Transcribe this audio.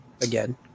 again